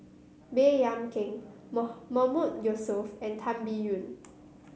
Baey Yam Keng Mahmood Yusof and Tan Biyun